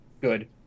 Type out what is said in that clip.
Good